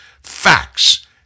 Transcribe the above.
facts